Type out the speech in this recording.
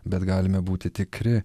bet galime būti tikri